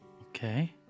Okay